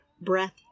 breath